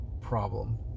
problem